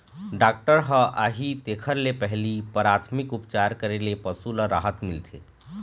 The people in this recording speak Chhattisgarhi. डॉक्टर ह आही तेखर ले पहिली पराथमिक उपचार करे ले पशु ल राहत मिलथे